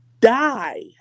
die